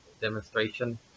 demonstration